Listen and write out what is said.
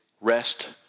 rest